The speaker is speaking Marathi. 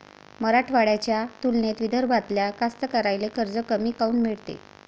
मराठवाड्याच्या तुलनेत विदर्भातल्या कास्तकाराइले कर्ज कमी काऊन मिळते?